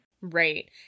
Right